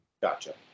Gotcha